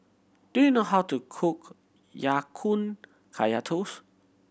do you know how to cook Ya Kun Kaya Toast